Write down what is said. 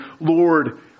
Lord